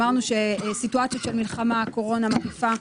אמרנו סיטואציות של מלחמה, קורונה, מגפה,